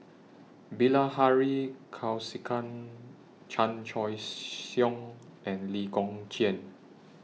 Bilahari Kausikan Chan Choy Siong and Lee Kong Chian